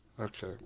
Okay